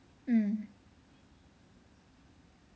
mm